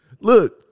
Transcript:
Look